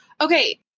Okay